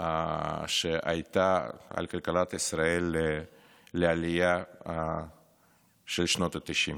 על כלכלת ישראל שהייתה לעלייה של שנות התשעים.